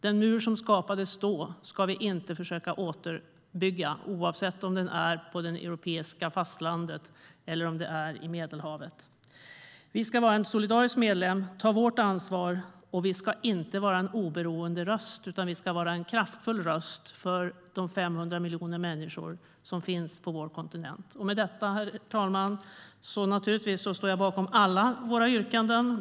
Den mur som skapades då ska vi inte försöka återuppbygga, oavsett om det är på det europeiska fastlandet eller i Medelhavet. Vi ska vara en solidarisk medlem och ta vårt ansvar. Vi ska inte vara en oberoende röst utan en kraftfull röst för de 500 miljoner människor som finns på vår kontinent. Jag står naturligtvis bakom alla våra yrkanden.